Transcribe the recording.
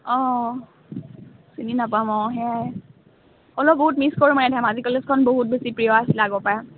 অঁ চিনি নাপাম অঁ সেয়াই হ'লেও বহুত মিছ কৰোঁ মই ধেমাজি কলেজখন বহুত বেছি প্ৰিয় আছিলে আগৰপৰা